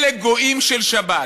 אלה גויים של שבת.